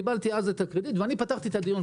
קיבלתי אז את הקרדיט ואני פתחתי את הדיון.